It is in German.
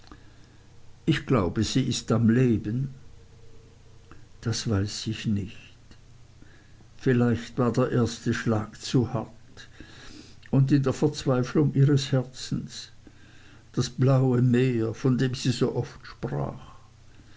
ich glaube sie ist am leben das weiß ich nicht vielleicht war der erste schlag zu hart und in der verzweiflung ihres herzens das blaue meer von dem sie so oft sprach